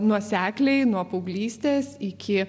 nuosekliai nuo paauglystės iki